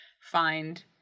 find